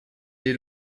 est